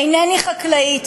אינני חקלאית,